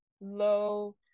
low